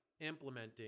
implementing